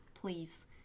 please